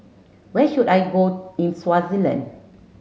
where should I go in Swaziland